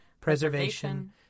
preservation